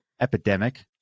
epidemic